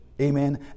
Amen